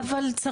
אבל,